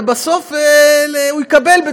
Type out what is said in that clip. ובסוף הוא יקבל,